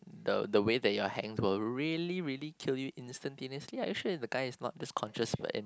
the the way that you're hanging will really really kill you instantaneously are you sure if the guy is not is conscious in the end